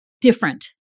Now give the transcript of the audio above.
different